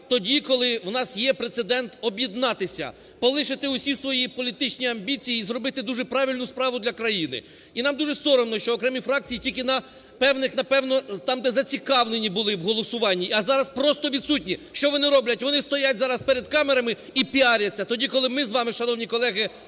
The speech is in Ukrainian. тоді, коли в нас є прецедент об'єднатися, полишити всі свої політичні амбіції і зробити дуже правильну справу для країни. І нам дуже соромно, що окремі фракції тільки на певних, напевно, там, де зацікавлені були в голосуванні, а зараз просто відсутні. Що вони роблять? Вони стоять зараз перед камерами і піаряться, тоді коли ми з вами, шановні колеги,